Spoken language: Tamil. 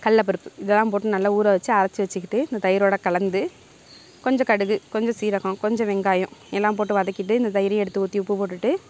கடலபருப்பு இதெல்லாம் போட்டு நல்லா ஊற வச்சு அரைச்சி வச்சுக்கிட்டு இந்த தயிரோடு கலந்து கொஞ்சம் கடுகு கொஞ்சம் சீரகம் கொஞ்ச வெங்காயம் எல்லாம் போட்டு வதக்கிட்டு இந்த தயிரையும் எடுத்து ஊற்றி உப்பு போட்டுவிட்டு